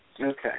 Okay